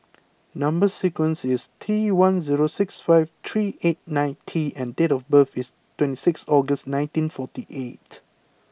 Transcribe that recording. number sequence is T one zero six five three eight nine T and date of birth is twenty six August nineteen forty eight